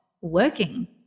working